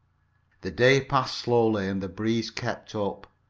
the day passed slowly, and the breeze kept up.